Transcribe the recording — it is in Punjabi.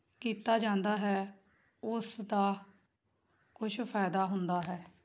ਕੀਤਾ ਜਾਂਦਾ ਹੈ ਉਸ ਦਾ ਕੁਛ ਫਾਇਦਾ ਹੁੰਦਾ ਹੈ